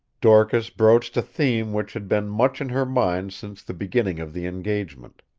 dorcas broached a theme which had been much in her mind since the beginning of the engagement.